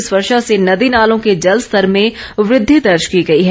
इस वर्षा से नदी नालों के जलस्तर में वृद्धि दर्ज की गई है